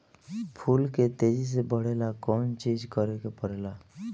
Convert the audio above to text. फूल के तेजी से बढ़े ला कौन चिज करे के परेला?